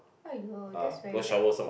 !aiyo! that's very bad